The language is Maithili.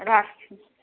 राखू